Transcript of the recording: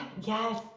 yes